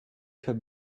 have